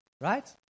Right